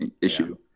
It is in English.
issue